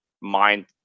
mind